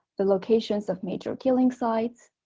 the locations of major killing sites,